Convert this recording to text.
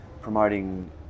promoting